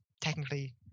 technically